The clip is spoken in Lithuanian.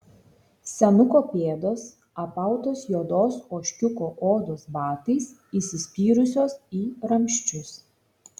senuko pėdos apautos juodos ožkiuko odos batais įsispyrusios į ramsčius